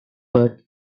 birth